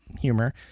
humor